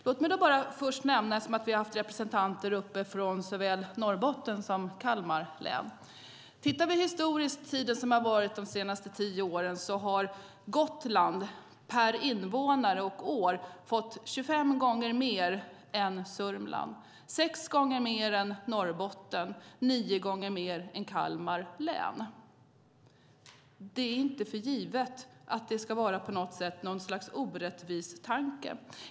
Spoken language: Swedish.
Låt mig då först nämna - eftersom vi har haft representanter uppe från såväl Norrbotten som Kalmar län: Om vi tittar historiskt på de senaste tio åren har Gotland per invånare och år har fått 25 gånger mer än Sörmland, sex gånger mer än Norrbotten och nio gånger mer än Kalmar län. Det är inte för givet att det ska vara något slags tanke om orättvisa.